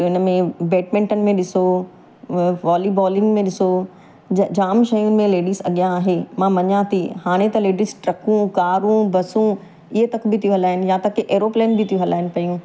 त इनमें बैटमिंटन में ॾिसो वॉली बॉलिंग में ॾिसो जे जाम शयुनि में लेडीस अॻियां आहे मां मञा थी हाणे त लेडीस ट्रकूं कारूं बसूं इहे तक बि हलाइणु या तक कि एरोप्लेन बि थी हलाइणु पियूं